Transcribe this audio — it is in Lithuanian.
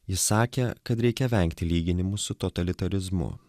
jis sakė kad reikia vengti lyginimų su totalitarizmu